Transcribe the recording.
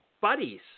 buddies